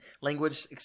language